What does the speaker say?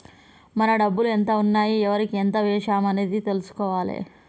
మన డబ్బులు ఎంత ఉన్నాయి ఎవరికి ఎంత వేశాము అనేది తెలుసుకోవాలే